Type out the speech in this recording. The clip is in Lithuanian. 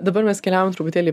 dabar mes keliavom truputėlį